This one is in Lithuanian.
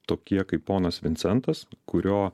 tokie kaip ponas vincentas kurio